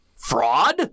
Fraud